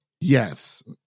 Yes